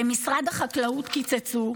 במשרד החקלאות קיצצו,